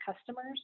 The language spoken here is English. customers